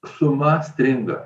suma stringa